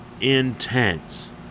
intense